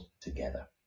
together